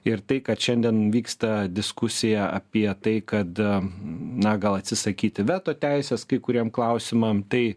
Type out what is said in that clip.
ir tai kad šiandien vyksta diskusija apie tai kad na gal atsisakyti veto teisės kai kuriem klausimam tai